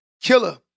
killer